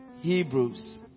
Hebrews